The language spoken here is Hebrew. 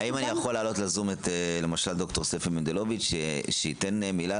האם אני יכול להעלות בזום למשל את ד"ר ספי מנדלוביץ שייתן התחייבות